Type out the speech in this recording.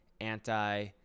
anti